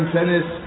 Tennis